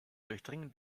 durchdringen